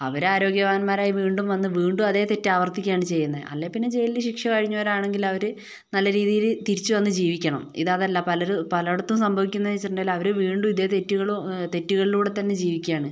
അവർ ആരോഗ്യവാന്മാരായി വീണ്ടും വന്ന് വീണ്ടും അതേ തെറ്റ് അവർത്തിക്കയാണ് ചെയ്യുന്നേ അല്ലേൽ പിന്നെ ജയിലിൽ ശിക്ഷ കഴിഞ്ഞവരാണേൽ അവര് നല്ല രീതിയില് തിരിച്ച് വന്ന് ജീവിക്കണം ഇതതല്ല പലരും പലയിടത്തും സംഭവിക്കുന്നതെന്ന് വെച്ചിട്ടുണ്ടെങ്കില് അവര് വീണ്ടും ഇതേ തെറ്റുകള് തെറ്റുകളിലൂടെത്തന്നെ ജീവിക്കുകയാണ്